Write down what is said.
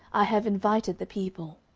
i have invited the people.